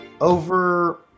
over